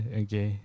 okay